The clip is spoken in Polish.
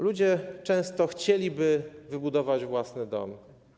Ludzie często chcieliby wybudować własny dom.